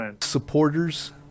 supporters